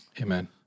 Amen